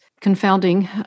confounding